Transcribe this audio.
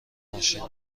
ماشین